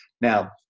now